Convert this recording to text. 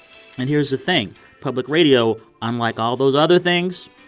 and here's the thing public radio, unlike all those other things,